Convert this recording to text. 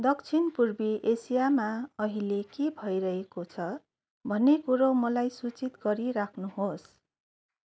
दक्षिणपूर्वी एसियामा अहिले के भइरहेको छ भन्ने कुरो मलाई सूचित गरिराख्नुहोस्